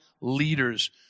leaders